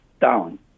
down